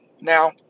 Now